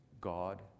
God